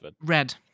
Red